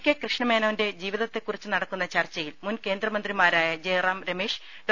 K Krishna മേനോന്റെ ജീവിതത്തെക്കുറിച്ച് നടക്കുന്ന ചർച്ച യിൽ മുൻ കേന്ദ്രമന്ത്രിമാരായ ജയറാംരമേശ് ഡോ